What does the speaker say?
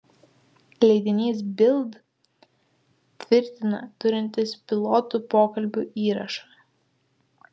leidinys bild tvirtina turintis pilotų pokalbių įrašą